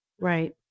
Right